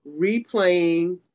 replaying